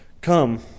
Come